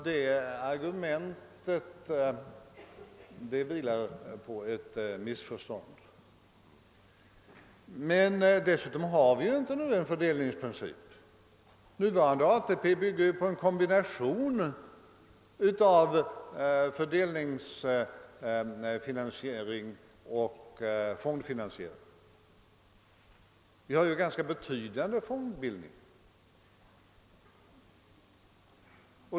Detta argument vilar alltså på ett missförstånd. Dessutom har vi nu inte någon fördelningsprincip. Nuvarande ATP bygger på en kombination av fördelningsfinansiering och fondfinansiering. Vi har en ganska betydande fondbildning.